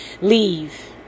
leave